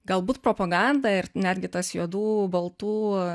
galbūt propaganda ir netgi tas juodų baltų